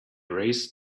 raised